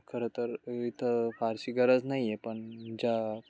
खरं तर इथं फारशी गरज नाही आहे पण ज्या